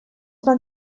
man